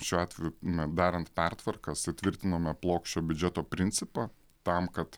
šiuo atveju na darant pertvarkas įtvirtinome plokščio biudžeto principą tam kad